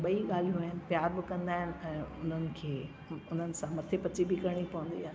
त भई ॻाल्हियूं आहिनि प्यार बि कंदा आहिनि ऐं उन्हनि खे हुननि सां मथे पची बि करणी पवंदी आहे